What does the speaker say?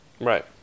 right